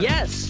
Yes